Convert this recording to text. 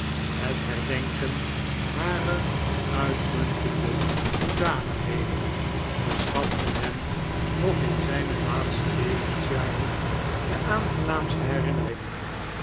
het lierdenken barer uitmuntende hoedanigheden verschaften hem nog in zijne laatste levensjaren de aangenaamste herinneringen